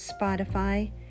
Spotify